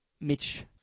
Mitch